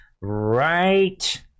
Right